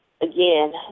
again